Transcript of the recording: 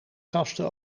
kasten